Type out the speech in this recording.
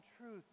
truth